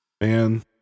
Man